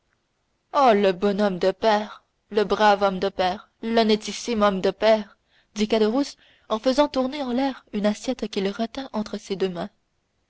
oh le bon homme de père le brave homme de père l'honnêtissime homme de père dit caderousse en faisant tourner en l'air une assiette qu'il retint entre ses deux mains